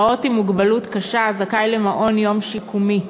פעוט עם מוגבלות קשה זכאי למעון יום שיקומי.